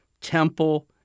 temple